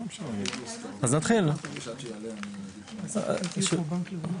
הנושא שכבוד היו"ר העלה פה הוא כמובן לא זר